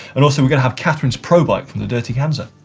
and also we're going to have catherine's pro bike from the dirty kansas.